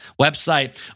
website